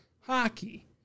hockey